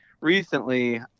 Recently